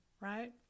Right